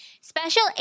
Special